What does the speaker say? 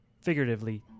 figuratively